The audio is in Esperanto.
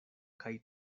kaj